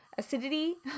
Acidity